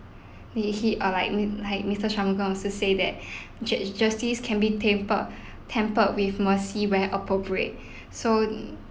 K he uh like like mister also say that jus~ justice can be tapered tempered with mercy where appropriate so